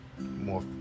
more